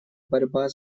борьба